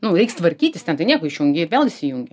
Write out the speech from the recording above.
nu reiks tvarkytis ten tai nieko išjungei ir vėl įsijungi